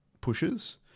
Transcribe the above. pushes